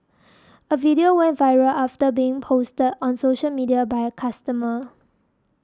a video went viral after being posted on social media by customer